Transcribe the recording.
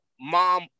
mom